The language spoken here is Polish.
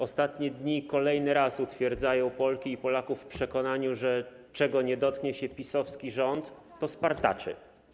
Ostatnie dni kolejny raz utwierdzają Polki i Polaków w przekonaniu, że czegokolwiek dotknie się PiS-owski rząd, to to spartaczy.